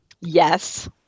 Yes